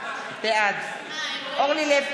בעד אורלי לוי